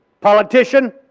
politician